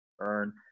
earn